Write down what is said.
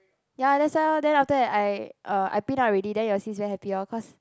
ya that's why orh then after that I err I pin up already then your sis very happy orh cause